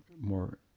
more